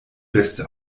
beste